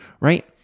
Right